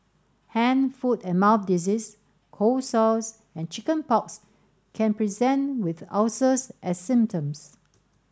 hand foot and mouth disease cold sores and chicken pox can present with ulcers as symptoms